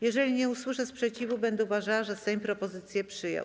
Jeżeli nie usłyszę sprzeciwu, będę uważała, że Sejm propozycję przyjął.